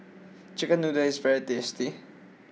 Chicken Noodles is very tasty